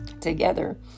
together